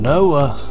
Noah